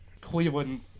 Cleveland